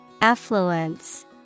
Affluence